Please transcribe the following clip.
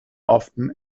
often